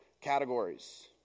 categories